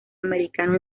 americano